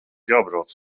jābrauc